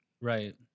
Right